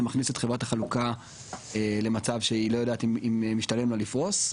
זה מכניס את חברת החלוקה למצב שהיא לא יודעת אם משתלם לה לפרוס,